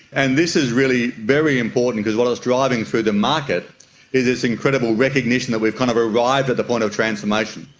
and this is really very important, because what is driving through the market is this incredible recognition that we've kind of arrived at the point of transformation.